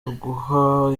uguha